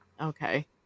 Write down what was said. okay